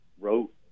wrote